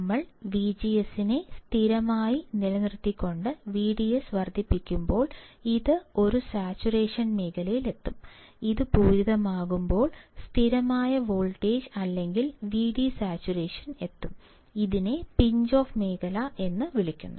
ഞങ്ങൾ VGS നെ സ്ഥിരമായി നിലനിർത്തിക്കൊണ്ട് VDS വർദ്ധിപ്പിക്കുമ്പോൾ ഇത് ഒരു സാച്ചുറേഷൻ മേഖലയിലെത്തും ഇത് പൂരിതമാകുമ്പോൾ സ്ഥിരമായ വോൾട്ടേജ് അല്ലെങ്കിൽ VDsaturation എത്തും ഇതിനെ പിഞ്ച് ഓഫ് മേഖല എന്നു വിളിക്കുന്നു